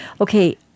Okay